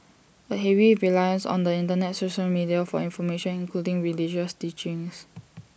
A heavy reliance on the Internet social media for information including religious teachings